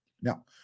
Now